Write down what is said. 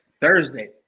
Thursday